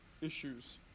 issues